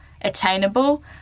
attainable